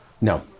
no